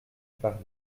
parler